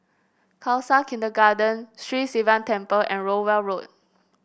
Khalsa Kindergarten Sri Sivan Temple and Rowell Road